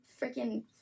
freaking